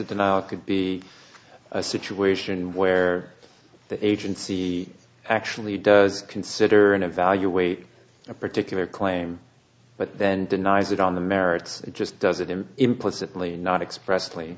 in our could be a situation where the agency actually does consider and evaluate a particular claim but then denies it on the merits it just does it in implicitly not express